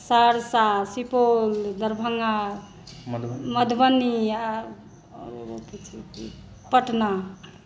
Saharsa Supaul Darbhanga Madhubani Patna